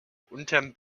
unterm